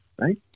right